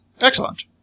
Excellent